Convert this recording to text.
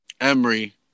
Emery